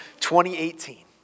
2018